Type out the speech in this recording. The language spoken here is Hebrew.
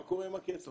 מה קורה עם הכסף.